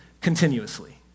continuously